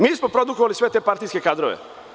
Mi smo produkovali sve te partijske kadrove?